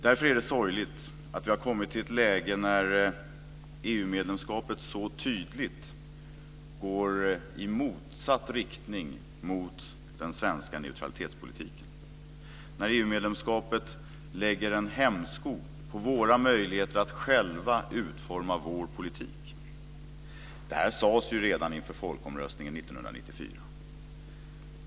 Därför är det sorgligt att vi har kommit i ett läge när EU-medlemskapet så tydligt går i motsatt riktning mot den svenska neutralitetspolitiken. EU medlemskapet sätter en hämsko på våra möjligheter att själva utforma vår politik. Detta sades redan inför folkomröstningen 1994.